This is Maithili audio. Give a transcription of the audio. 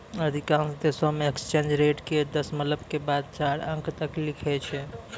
अधिकांश देशों मे एक्सचेंज रेट के दशमलव के बाद चार अंक तक लिखै छै